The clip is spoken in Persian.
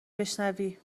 بشنوی